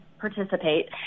participate